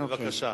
בבקשה.